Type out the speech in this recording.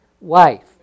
wife